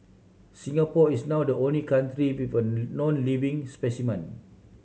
Singapore is now the only country with a known living specimen